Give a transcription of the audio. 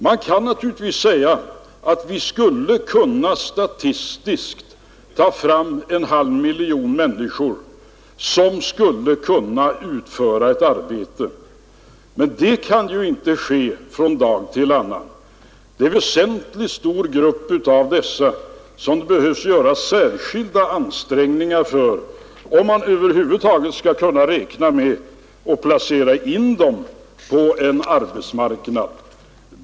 Man kan naturligtvis säga att vi statistiskt kunde ta fram en halv miljon människor som skulle kunna utföra ett arbete. Men det kan ju inte ske från dag till annan. Det är en stor, väsentlig grupp av dessa som man behöver göra särskilda ansträngningar för, om man över huvud taget skall kunna räkna med att placera in dem på arbetsmarknaden.